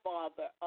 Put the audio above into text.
Father